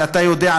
ואתה יודע,